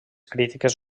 crítiques